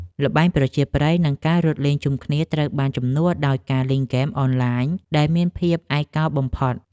ល្បែងប្រជាប្រិយនិងការរត់លេងជុំគ្នា ត្រូវបានជំនួសដោយការលេងហ្គេមអនឡាញដែលមានភាពឯកោបំផុត។